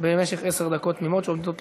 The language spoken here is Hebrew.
במשך עשר דקות תמימות שעומדות לרשותו.